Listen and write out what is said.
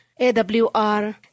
AWR